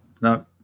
No